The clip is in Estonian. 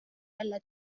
jälle